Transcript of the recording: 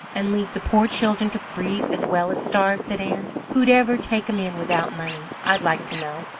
and leave the poor children to freeze as well as starve? said ann. who'd ever take em in without money, i'd like to know?